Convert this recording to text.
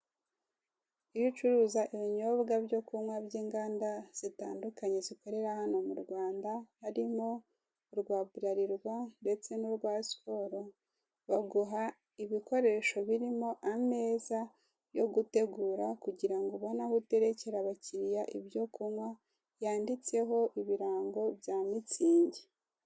Iyo ucuruza ibinyobwa byo kunywa by'inganda zitandukanye zikorera hano mu Rwanda harimo urwa Burarirwa ndetse n'uwa Sikoro. Baguha ibikoresho birimo ameza yo gutegura kugira ngo ubone aho uterekera abakiliya ibyo kunywa, byanditseho ibirango bya mitsingi.